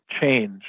change